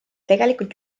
tegelikult